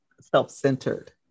self-centered